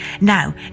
Now